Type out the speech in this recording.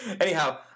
Anyhow